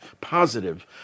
positive